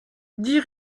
dix